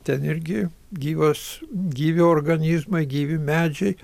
ten irgi gyvas gyvi organizmai gyvi medžiai